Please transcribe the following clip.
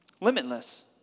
Limitless